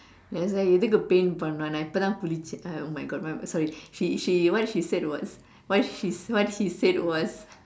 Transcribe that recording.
then he said எதுக்கு:ethukku paint பண்ணனும் நான் இப்பதான் குளிச்சேன்:pannanum naan ippathaan kulichseen uh oh my God my my sorry she she what she said was what he said was